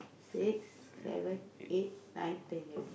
six seven eight nine ten eleven